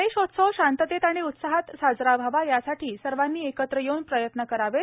गणेशोत्सव शांततेत आणि उत्साहात साजरा व्हावा यासाठी सर्वांनी एकत्र येऊन प्रयत्र करावेत